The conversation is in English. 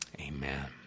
Amen